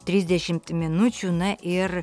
trisdešimt minučių na ir